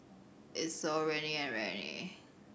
Isocal Rene and Rene